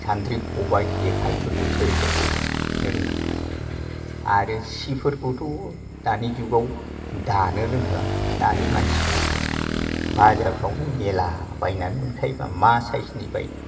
सानद्रि खबाय जेखायफोरखौ सोर हेबबावो रोङा आरो सिफोरखौथ' दानि जुगाव दानो रोंथारा दानि मानसिफ्रा बाजारफ्रावनो मेरला बायना मोनखायोबा मा साइसनि बायनो